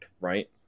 right